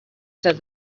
said